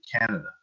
Canada